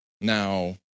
Now